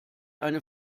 eine